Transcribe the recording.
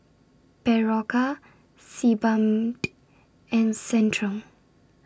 Berocca Sebamed and Centrum